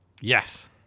Yes